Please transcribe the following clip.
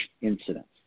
incidents